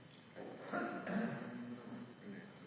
Hvala